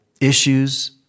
issues